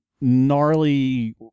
gnarly